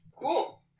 Cool